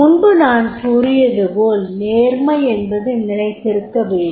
முன்பு நான் கூறியது போல் நேர்மை என்பது நிலைத்திருக்கவேண்டும்